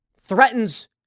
threatens